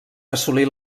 assolir